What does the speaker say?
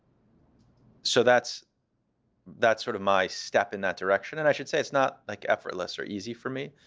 so that's that's sort of my step in that direction. and i should say it's not like effortless or easy for me.